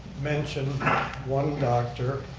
mention one doctor,